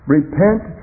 Repent